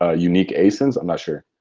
ah unique asins. i'm not sure.